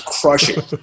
crushing